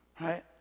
Right